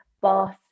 boss